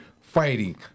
fighting